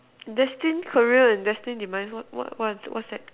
destined career and destined demise what what what what's that